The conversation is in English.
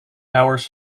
hours